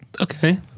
Okay